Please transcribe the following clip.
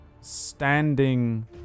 standing